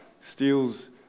steals